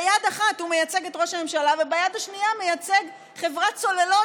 ביד אחת הוא מייצג את ראש הממשלה וביד השנייה מייצג חברת צוללות,